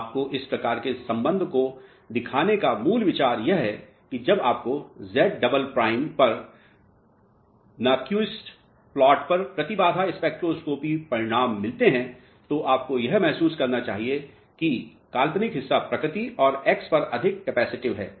आपको इस प्रकार के संबंध को दिखाने का मूल विचार यह है कि जब आपको ज़ेड डबल प्राइम पर न् यूक्विस्ट प्लॉट पर प्रतिबाधा स्पेक्ट्रोस्कोपी परिणाम मिलते हैं तो आपको यह महसूस करना चाहिए कि काल्पनिक हिस्सा प्रकृति और एक्स पर अधिक कैपेसिटिव है